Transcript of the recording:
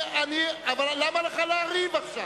למה לך לריב עכשיו?